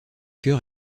cœur